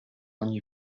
ogni